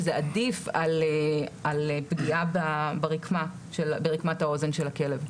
וזה עדיף על פגיעה ברקמת האוזן של הכלב.